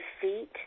feet